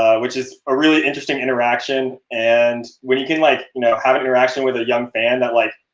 ah which is a really interesting interaction. and when you can, like you know have an interaction with a young fan that like,